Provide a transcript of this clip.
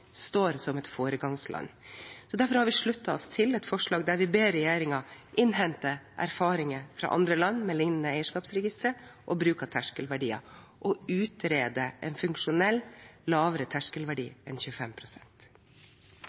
som et foregangsland. Derfor har vi sluttet oss til et forslag der vi ber regjeringen innhente erfaringer fra andre land med lignende eierskapsregistre og bruk av terskelverdier og utrede en funksjonell, lavere terskelverdi enn